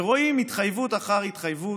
ורואים, התחייבות אחר התחייבות,